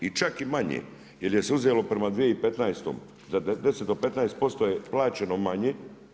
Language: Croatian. I čak i manje, jer im se uzelo prema 2015. 10 do 15% je plaćeno manje.